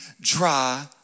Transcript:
dry